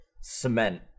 cement